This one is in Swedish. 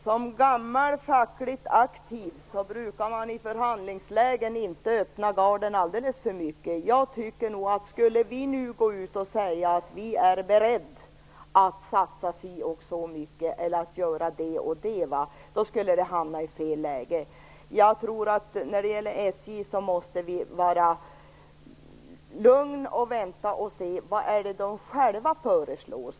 Som gammal fackligt aktiv vet jag att man i förhandlingslägen inte brukar öppna garden alldeles för mycket. Frågan skulle hamna i fel läge om vi nu gick ut och sade att vi är beredda att satsa si eller så mycket eller göra det ena och det andra. Vi måste vara lugna och vänta och se vad de på SJ själva föreslår.